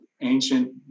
ancient